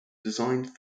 designed